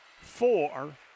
four